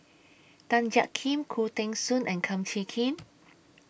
Tan Jiak Kim Khoo Teng Soon and Kum Chee Kin